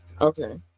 okay